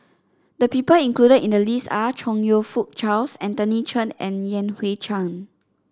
the people included in the list are Chong You Fook Charles Anthony Chen and Yan Hui Chang